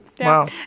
Wow